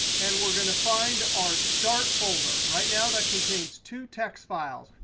and we're going to find our start folder. right now, that contains two txt files.